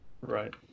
Right